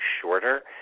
shorter